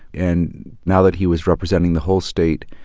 and now that he was representing the whole state,